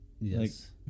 Yes